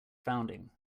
founding